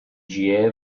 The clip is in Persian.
جیه